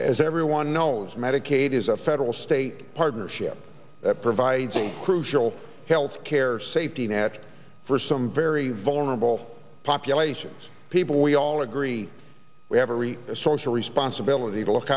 as everyone knows medicaid is a federal state partnership that provides a crucial health care safety net for some very vulnerable populations people we all agree we have every a social responsibility to look